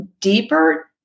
deeper